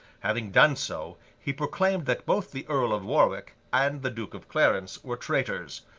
having done so, he proclaimed that both the earl of warwick and the duke of clarence were traitors,